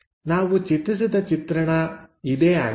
ನಾವು ಚಿತ್ರಿಸಿದ ಚಿತ್ರಣ ಇದೇ ಆಗಿದೆ